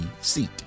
Seat